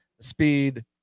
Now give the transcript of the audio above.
speed